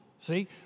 See